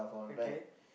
okay